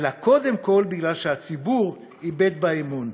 אלא קודם כול בגלל שהציבור איבד בה אמון?